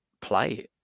play